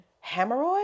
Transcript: Hemorrhoids